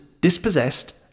dispossessed